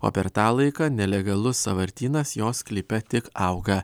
o per tą laiką nelegalus sąvartynas jo sklype tik auga